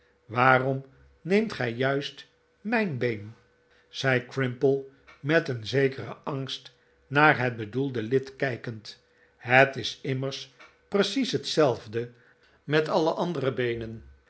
waarom neemt gij juist mijn been zei crimple met een zekelren angst naar het bedoelde lid kijkend het is immers precies hetzelfde met alle andere beenen